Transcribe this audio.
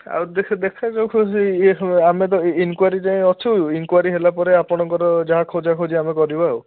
ଆଉ ଦେଖାଯାଉ ଇଏ ହବ ଆମେ ତ ଇନକ୍ଵାରୀ ଯାଏଁ ଅଛୁ ଇନକ୍ଵାରୀ ହେଲା ପରେ ଆପଣଙ୍କର ଯାହା ଖୋଜା ଖୋଜି ଆମେ କରିବା ଆଉ